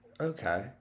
Okay